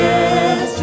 Yes